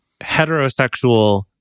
heterosexual